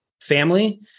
family